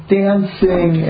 dancing